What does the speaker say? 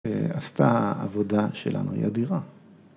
‫ועשתה עבודה שלנו ידידה.